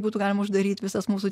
būtų galima uždaryt visas mūsų